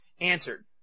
answered